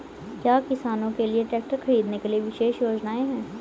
क्या किसानों के लिए ट्रैक्टर खरीदने के लिए विशेष योजनाएं हैं?